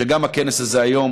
שהכנס הזה היום,